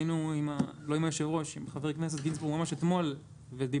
היינו עם חבר הכנסת גינזבורג אתמול ודיברנו